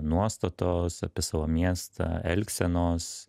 nuostatos apie savo miestą elgsenos